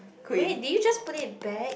wait did you just put it back